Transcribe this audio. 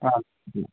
ആ ഓക്കെ